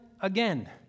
Again